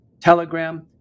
Telegram